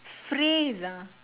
freeze